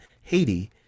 Haiti